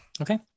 okay